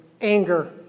anger